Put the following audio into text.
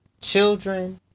children